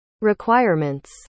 requirements